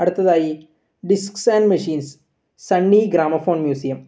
അടുത്തയായി discs and machines Sunny gramophone museum